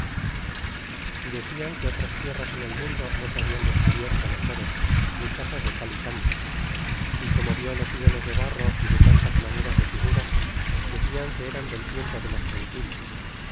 y decían que otras tierras en el mundo no se hablan descubierto mejores ni casas de cal y canto y como vió los ídolos de barro y de tantas maneras de figuras decian que eran del tiempo de los gentiles